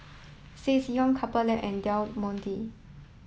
Ssangyong Couple Lab and Del Monte